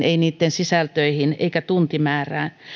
ei niitten sisältöihin eikä tuntimäärään